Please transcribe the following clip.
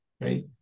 right